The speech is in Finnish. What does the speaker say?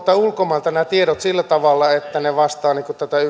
ulkomailta nämä tiedot sillä tavalla että ne vastaavat